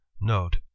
Note